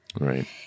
Right